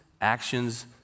actions